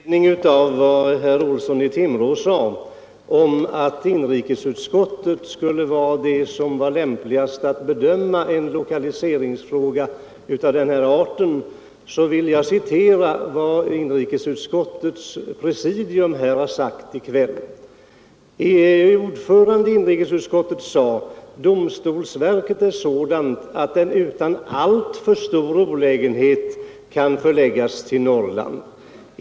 Herr talman! Med anledning av vad herr Olsson i Timrå sade om att inrikesutskottet skulle vara lämpligast att bedöma en lokaliseringsfråga av den här arten vill jag citera vad inrikesutskottets presidium har sagt här i kväll. Inrikesutskottets ordförande sade: Domstolsverket är sådant att det utan alltför stor olägenhet kan förläggas till Norrland.